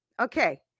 Okay